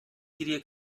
cria